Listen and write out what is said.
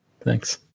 Thanks